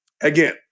Again